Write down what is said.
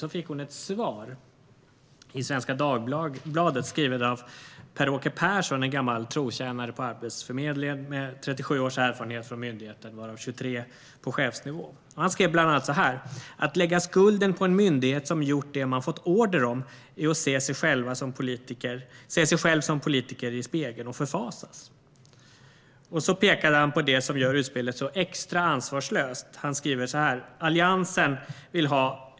Hon fick svar i Svenska Dagbladet och Expressen av Per-Åke Persson, en gammal trotjänare på Arbetsförmedlingen med 37 års erfarenhet från myndigheten, varav 23 år på chefsnivå. Han skriver bland annat så här: "Att lägga skulden på en myndighet, som gjort det man fått order om, är att se sig själv som politiker i spegeln och förfasas." Sedan pekar han på det som gör utspelet så extra ansvarslöst. Han skriver: "Alliansen vill ha '.